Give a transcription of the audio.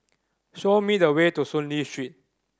show me the way to Soon Lee Street